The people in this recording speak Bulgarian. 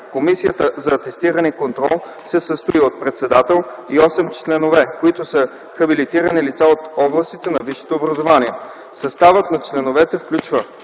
Комисията за атестиране и контрол се състои от председател и 8 членове, които са хабилитирани лица от областите на висшето образование. Съставът на членовете включва: